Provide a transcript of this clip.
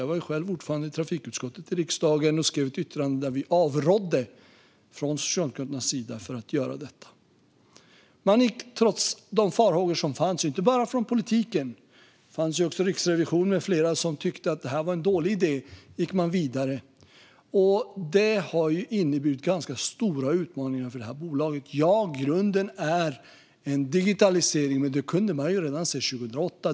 Jag var då själv ordförande i trafikutskottet i riksdagen och skrev ett yttrande där vi från Socialdemokraternas sida avrådde från att göra detta. Men man gick vidare trots de farhågor som fanns, inte bara från politiken utan också från Riksrevisionen med flera som tyckte att detta var en dålig idé. Det har inneburit ganska stora utmaningar för det här bolaget. Ja, grunden är en digitalisering, och det kunde man se redan 2008.